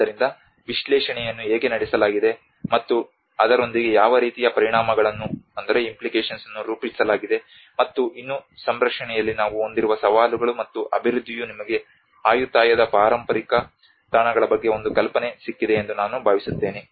ಆದ್ದರಿಂದ ವಿಶ್ಲೇಷಣೆಯನ್ನು ಹೇಗೆ ನಡೆಸಲಾಗಿದೆ ಮತ್ತು ಅದರೊಂದಿಗೆ ಯಾವ ರೀತಿಯ ಪರಿಣಾಮಗಳನ್ನು ರೂಪಿಸಲಾಗಿದೆ ಮತ್ತು ಇನ್ನೂ ಸಂರಕ್ಷಣೆಯಲ್ಲಿ ನಾವು ಹೊಂದಿರುವ ಸವಾಲುಗಳು ಮತ್ತು ಅಭಿವೃದ್ಧಿಯು ನಿಮಗೆ ಆಯುಥಾಯದ ಪಾರಂಪರಿಕ ತಾಣಗಳ ಬಗ್ಗೆ ಒಂದು ಕಲ್ಪನೆ ಸಿಕ್ಕಿದೆ ಎಂದು ನಾನು ಭಾವಿಸುತ್ತೇನೆ